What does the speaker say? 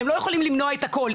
הם לא יכולים למנוע את הכל,